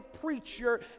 preacher